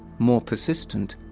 more persistent,